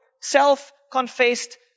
self-confessed